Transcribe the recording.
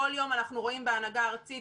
כל יום אנחנו רואים בהנהגה הארצית